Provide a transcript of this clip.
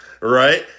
right